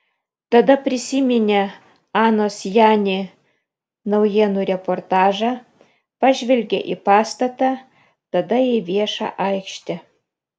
tada prisiminė anos jani naujienų reportažą pažvelgė į pastatą tada į viešą aikštę